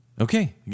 Okay